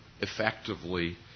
effectively